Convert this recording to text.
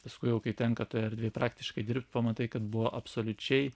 paskui jau kai tenka toj erdvėj praktiškai dirbt pamatai kad buvo absoliučiai